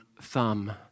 thumb